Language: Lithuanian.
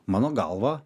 mano galva